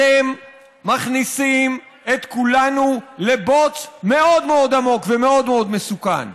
אתם מכניסים את כולנו לבוץ מאוד מאוד עמוק ומאוד מאוד מסוכן.